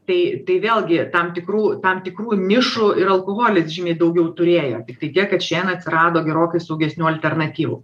tai tai vėlgi tam tikrų tam tikrų nišų ir alkoholis žymiai daugiau turėjo tiktai tiek kad šiandien atsirado gerokai saugesnių alternatyvų